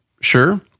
sure